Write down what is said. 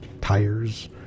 tires